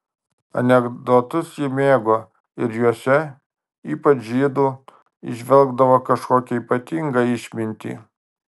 anekdotus ji mėgo ir juose ypač žydų įžvelgdavo kažkokią ypatingą išmintį